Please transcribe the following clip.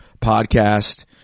podcast